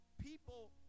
People